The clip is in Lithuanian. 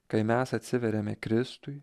kai mes atsiveriame kristui